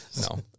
No